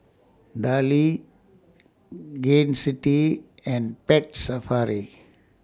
Darlie Gain City and Pet Safari